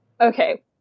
Okay